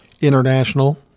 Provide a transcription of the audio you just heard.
international